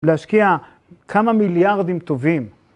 להשקיע כמה מיליארדים טובים.